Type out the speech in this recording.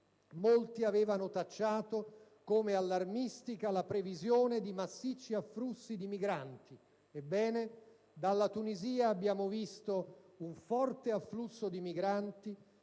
Molti avevano tacciato come allarmistica la previsione di massicci afflussi di migranti. Ebbene, dalla Tunisia abbiamo visto un forte afflusso di migranti,